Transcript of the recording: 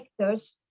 vectors